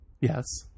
yes